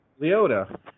Leota